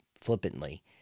flippantly